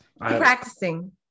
practicing